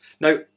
Now